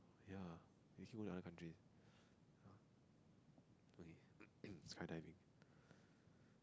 ya they keep going other countries okay skydiving